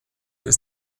ist